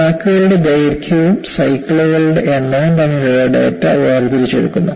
ക്രാക്കുകളുടെ ദൈർഘ്യവും സൈക്കിളുകളുടെ എണ്ണവും തമ്മിലുള്ള ഡാറ്റ വേർതിരിച്ചെടുക്കുന്നു